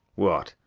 what,